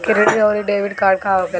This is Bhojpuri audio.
क्रेडिट आउरी डेबिट कार्ड का होखेला?